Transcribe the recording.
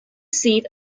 seat